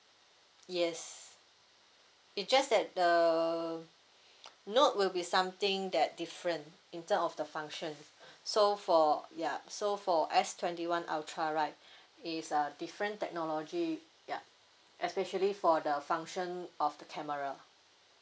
yes it just that uh note will be something that different in term of the function so for yup so for S twenty one ultra right it's a different technology ya especially for the function of the camera